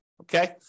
okay